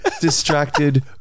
distracted